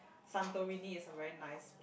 Santorini is a very nice